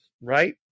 right